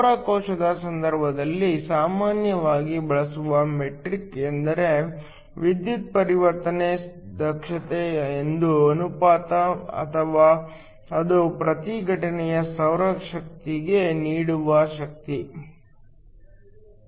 ಸೌರ ಕೋಶದ ಸಂದರ್ಭದಲ್ಲಿ ಸಾಮಾನ್ಯವಾಗಿ ಬಳಸುವ ಮೆಟ್ರಿಕ್ ಎಂದರೆ ವಿದ್ಯುತ್ ಪರಿವರ್ತನೆ ದಕ್ಷತೆ ಇದು ಅನುಪಾತ ಅಥವಾ ಇದು ಪ್ರತಿ ಘಟನೆಯ ಸೌರಶಕ್ತಿಗೆ ನೀಡುವ ವಿದ್ಯುತ್